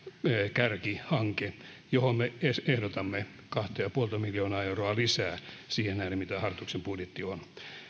kärkihanke johon me ehdotamme kahta pilkku viittä miljoonaa euroa lisää siihen nähden mitä hallituksen budjetissa on